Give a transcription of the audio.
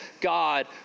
God